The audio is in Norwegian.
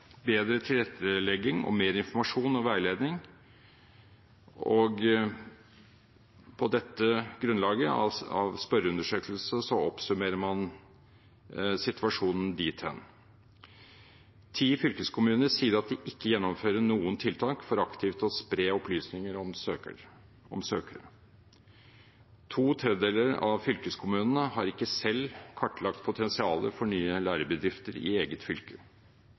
bedre tilrettelegging og mer informasjon og veiledning. På grunnlag av spørreundersøkelser oppsummerer man situasjonen dit hen: Ti fylkeskommuner sier at de ikke gjennomfører noen tiltak for aktivt å spre opplysninger om søkere. To tredjedeler av fylkeskommunene har ikke selv kartlagt potensialet for nye lærebedrifter i eget fylke.